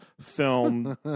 film